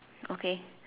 okay